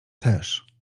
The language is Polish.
też